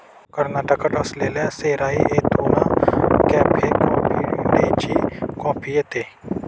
कर्नाटकात असलेल्या सेराई येथून कॅफे कॉफी डेची कॉफी येते